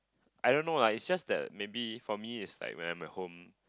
I don't know lah it's just that maybe for me is like when I'm at home